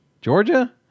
Georgia